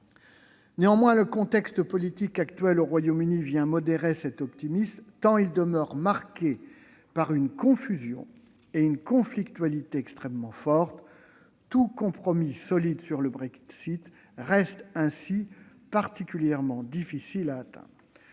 Néanmoins, le contexte politique qui prévaut actuellement au Royaume-Uni vient modérer cet optimisme, tant il demeure marqué par une confusion et une conflictualité extrêmement fortes. Tout compromis solide sur le Brexit reste ainsi particulièrement difficile à atteindre.